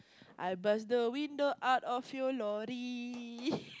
I bust the window out of your lorry